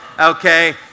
okay